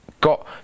got